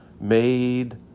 made